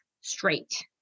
straight